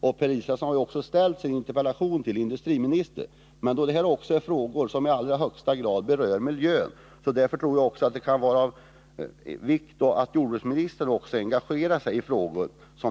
Per Israelsson har ju också ställt sin interpellation till industriministern, men då det här också är frågor som i allra högsta grad berör miljön, tror jag att det kan vara av vikt att också jordbruksministern engagerar sig i frågorna.